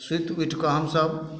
सुति उठि कऽ हमसब